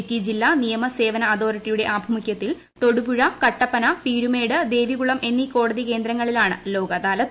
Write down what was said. ഇടുക്കി ജില്ലാ നിയമ സേവന അതോറിറ്റിയുടെ ആഭിമുഖ്യത്തിൽ തൊടുപുഴ കട്ടപ്പന പീരുമേട് ദേവികുളം എന്നീ കോടതി കേന്ദ്രങ്ങളിലാണ് ലോക് അദാലത്ത്